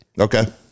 Okay